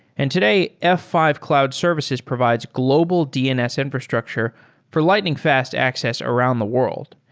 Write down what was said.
and today, f five cloud services provides global dns infrastructure for lightning fast access around the world.